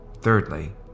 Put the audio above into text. Thirdly